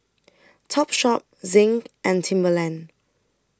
Topshop Zinc and Timberland